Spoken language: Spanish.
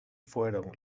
fueron